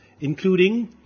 including